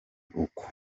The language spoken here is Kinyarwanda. uko